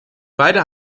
beide